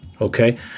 Okay